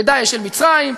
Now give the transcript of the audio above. ב"דאעש" של מצרים,